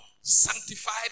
sanctified